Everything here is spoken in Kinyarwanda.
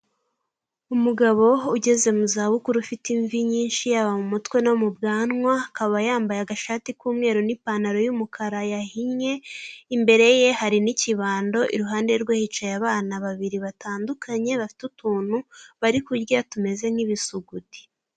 Umugabo ugeze mu za bukuru ufite imvi nyinshi yaba mu mutwe no mu bwanwa, akaba yambaye agashati k'umweru n'ipantaro y'umukara yahinye, imbere ye hari n'ikibando, iruhande rwe yicaye abana babiri batandukanye bafite utuntu bari kurya tumeze nk'ibisuguti.